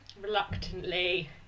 reluctantly